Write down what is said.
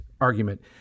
argument